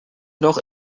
noch